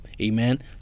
Amen